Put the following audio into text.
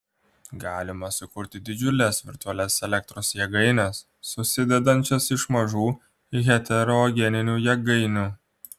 galima sukurti didžiules virtualias elektros jėgaines susidedančias iš mažų heterogeninių jėgainių